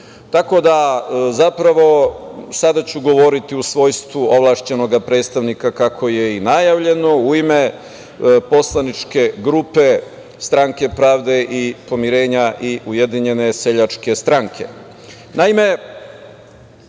da, zapravo, sada ću govoriti u svojstvu ovlašćenog predstavnika kako je i najavljeno u ime poslaničke grupe Stranke pravde i pomirenja i Ujedinjene seljačke stranke. Naime,